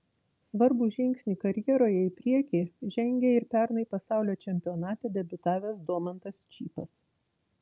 svarbų žingsnį karjeroje į priekį žengė ir pernai pasaulio čempionate debiutavęs domantas čypas